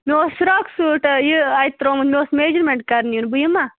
مےٚ اوس frock suit یہِ اَتہِ ترٛوومُت مےٚ اوس میجرمٮ۪نٛٹ کَرنہِ یُن بہٕ یِما